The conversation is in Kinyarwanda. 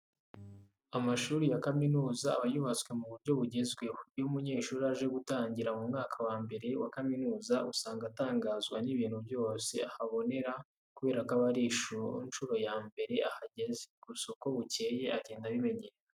Amashuri ya kaminuza aba yubatswe mu buryo bugezweho. Iyo umunyeshuri aje gutangira mu mwaka wa mbere wa kaminuza, usanga atangazwa n'ibintu byose ahabonera kubera ko aba ari inshuro ya mbere ahageze. Gusa uko bukeye agenda amenyera.